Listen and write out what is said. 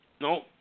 No